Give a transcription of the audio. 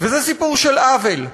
וזה סיפור של עוול.